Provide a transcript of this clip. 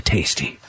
Tasty